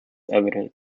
evident